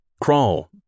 Crawl